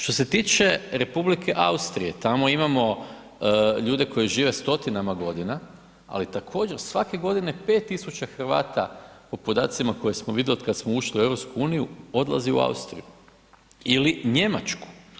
Što se tiče Republike Austrije tamo imamo ljude koji žive stotinama godina ali također svake godine 5 tisuća Hrvata po podacima koje smo vidjeli otkada smo ušli u EU odlazi u Austriju ili Njemačku.